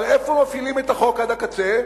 אבל איפה מפעילים את החוק עד הקצה?